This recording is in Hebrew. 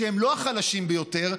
שהם לא החלשים ביותר,